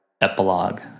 epilogue